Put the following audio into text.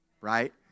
right